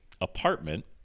apartment